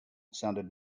sounded